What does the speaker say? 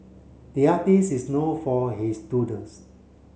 the artists is known for his doodles